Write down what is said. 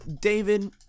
David